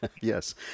Yes